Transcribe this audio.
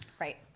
Right